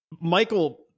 Michael